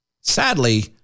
Sadly